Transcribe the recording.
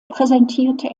präsentierte